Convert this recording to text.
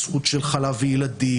הזכות שלך להביא ילדים,